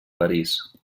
parís